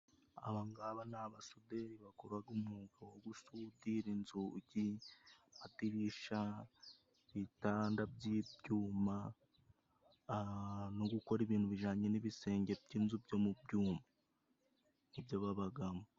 Aba ngaba ni abasuderi bakoraga umwuga wo gusudira inzugi, amadirisha, ibitanda by'ibyuma no gukora ibintu bijyanye n'ibisenge by'inzu byo mu byuma, nibyo babagamo.